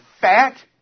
fat